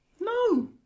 no